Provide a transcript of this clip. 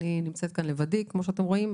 אני נמצאת כאן לבדי, כמו שאתם רואים.